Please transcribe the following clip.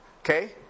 okay